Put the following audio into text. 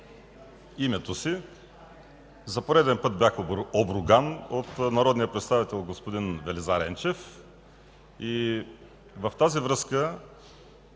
името си. За пореден път бях обруган от народния представител господин Велизар Енчев. В тази връзка,